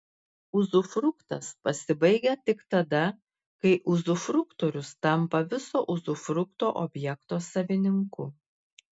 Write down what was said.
uzufruktas pasibaigia tik tada kai uzufruktorius tampa viso uzufrukto objekto savininku